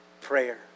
prayer